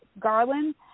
Garland